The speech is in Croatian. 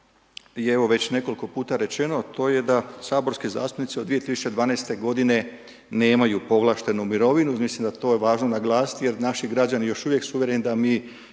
je evo već nekoliko puta rečeno, to je da saborski zastupnici od 2012. g. nemaju povlaštenu mirovinu, mislim da to je važno naglasiti jer naši građani još uvijek su uvjereni da mi